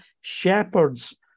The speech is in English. shepherds